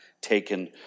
taken